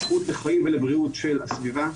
הזכות לחיים ולבריאות של הסביבה,